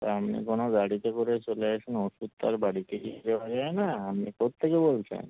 তো আপনি কোনো গাড়িতে করে চলে আসুন ওষুধ তো আর বাড়িতে গিয়ে দেওয়া যায় না আপনি কোথা থেকে বলছেন